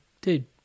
dude